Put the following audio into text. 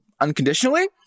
unconditionally